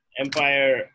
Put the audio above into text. Empire